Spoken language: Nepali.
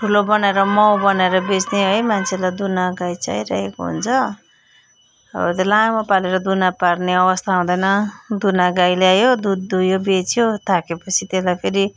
ठुलो बनाएर माउ बनाएर बेच्ने है मान्छेलाई दुना गाई चाहिरहेको हुन्छ हौ त्यो लामो पालेर दुना पाल्ने अवस्था हुँदैन दुना गाई ल्यायो दुध दुयो बेच्यो थाक्यो पछि त्यसलाई फेरि